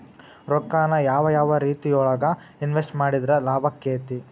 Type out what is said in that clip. ರೊಕ್ಕಾನ ಯಾವ ಯಾವ ರೇತಿಯೊಳಗ ಇನ್ವೆಸ್ಟ್ ಮಾಡಿದ್ರ ಲಾಭಾಕ್ಕೆತಿ?